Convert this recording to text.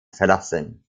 verlassen